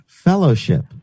Fellowship